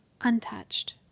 untouched